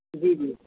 جی جی